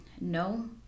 no